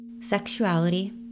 Sexuality